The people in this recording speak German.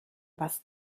was